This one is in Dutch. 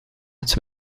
het